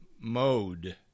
mode